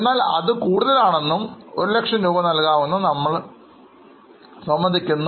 എന്നാൽ അത് കൂടുതൽ ആണെന്നും ഒരുലക്ഷം രൂപ നൽകാമെന്ന് നമ്മൾ പറയുകയും ചെയ്യുന്നു